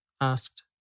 asked